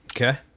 Okay